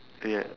ya